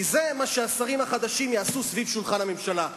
כי זה מה שהשרים החדשים יעשו סביב שולחן הממשלה.